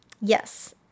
Yes